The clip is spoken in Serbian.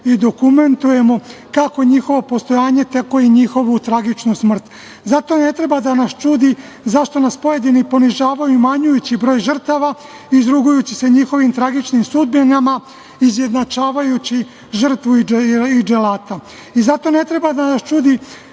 i dokumentujemo, kako njihovo postojanje, tako i njihovu tragičnu smrt.Zato ne treba da nas čudi zašto nas pojedini ponižavaju umanjujući broj žrtava, izrugujući se njihovim tragičnim sudbinama, izjednačavajući žrtvu i dželata. I zato ne treba da nas čudi